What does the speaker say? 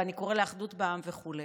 ואני קורא לאחדות בעם וכו'.